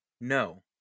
No